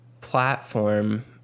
platform